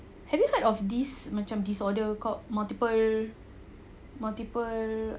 have you heard of this macam disorder called multiple multiple